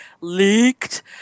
leaked